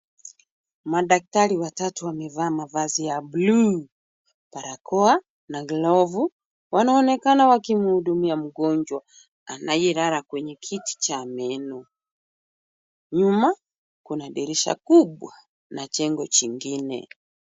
Madaktari watatu wamevaa mavazi ya blue , barakoa na glovu. Wanaonekana wakimhudumia mgonjwa anayelala kwa kiti cha meno. Nyuma kuna dirisha kubwa na kiti kingine.